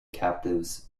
captives